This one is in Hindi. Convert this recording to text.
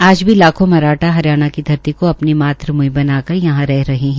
आज लाखों मराठा हरियाणा की धरती को अपनी मातृभूमि बनाकर यहां रह रहे हैं